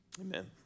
Amen